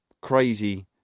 crazy